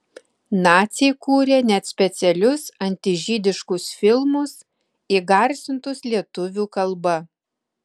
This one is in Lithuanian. naciai kūrė net specialus antižydiškus filmus įgarsintus lietuvių kalba